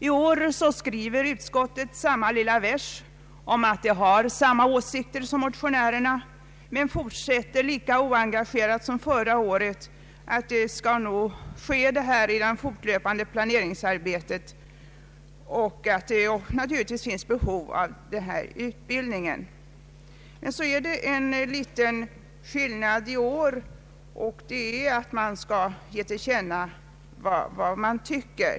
I år skriver utskottet samma lilla vers om att det har samma åsikter som motionärerna och fortsätter lika oengagerat som förra året, att föräldrautbildning nog skall tas upp i det fortsatta planeringsarbetet och att det naturligtvis finns ett behov av sådan utbildning. Men det är en liten skillnad i år, nämligen att riksdagen skall ge till känna för Kungl. Maj:t vad utskottet anser.